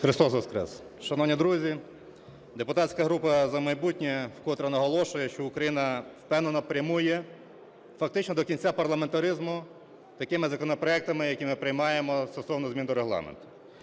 Христос Воскрес! Шановні друзі, депутатська група "За майбутнє" вкотре наголошує, що Україна впевнено прямує фактично до кінця парламентаризму такими законопроектами, які ми приймаємо стосовно змін до Регламенту.